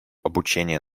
обучения